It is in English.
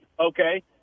okay